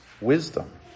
wisdom